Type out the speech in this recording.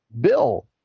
bill